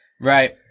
Right